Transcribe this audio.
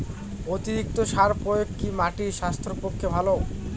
অতিরিক্ত সার প্রয়োগ কি মাটির স্বাস্থ্যের পক্ষে ভালো?